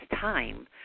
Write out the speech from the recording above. time